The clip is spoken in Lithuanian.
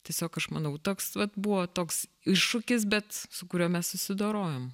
tiesiog aš manau toks vat buvo toks iššūkis bet su kuriuo mes susidorojom